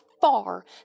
far